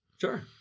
Sure